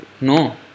no